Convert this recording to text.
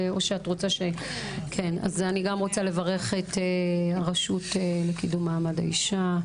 אני גם רוצה לברך את הרשות לקידום מעמד האישה,